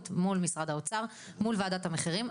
ומול משרד האוצר ומול וועדת המחירים,